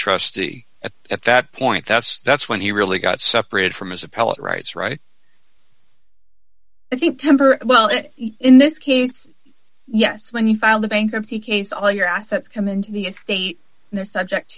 trustee at that point that's that's when he really got separated from his appellate rights right i think temper well in this case yes when you file the bankruptcy case all your assets come into the estate and they're subject